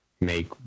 make